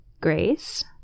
Grace